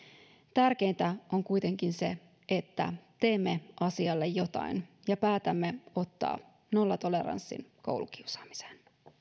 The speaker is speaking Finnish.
tärkeintä on kuitenkin se että teemme asialle jotain ja päätämme ottaa nollatoleranssin koulukiusaamiseen